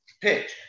pitch